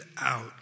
out